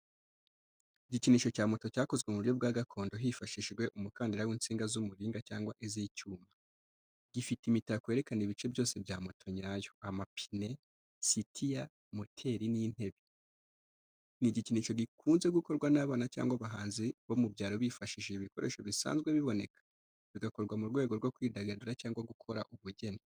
Igikinisho cya moto cyakozwe mu buryo bwa gakondo hifashishijwe umukandara w’insinga z’umuringa cyangwa iz’icyuma. Gifite imitako yerekana ibice byose bya moto nyayo: amapine, sitiya, moteri, n’intebe. Ni igikinisho gikunze gukorwa n’abana cyangwa abahanzi bo mu byaro bifashishije ibikoresho bisanzwe biboneka, bigakorwa mu rwego rwo kwidagadura cyangwa gukora ubugeni.